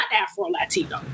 Afro-Latino